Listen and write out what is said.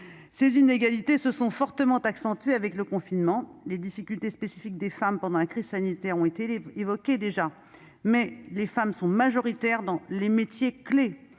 Ces inégalités se sont fortement accentuées avec le confinement. Les difficultés spécifiques des femmes pendant la crise sanitaire ont déjà été évoquées. Toutefois, rappelons que les femmes sont majoritaires dans de nombreux métiers clefs,